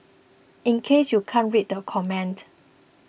in case you can't read the comment